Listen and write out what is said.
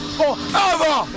forever